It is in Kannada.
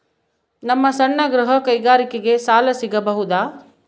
ನಮ್ಮ ಸಣ್ಣ ಗೃಹ ಕೈಗಾರಿಕೆಗೆ ಸಾಲ ಸಿಗಬಹುದಾ?